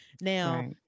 now